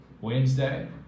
wednesday